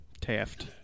Taft